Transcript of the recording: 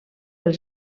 els